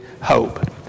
hope